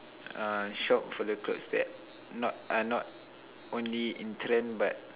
uh shop for the clothes that not are not only in trend but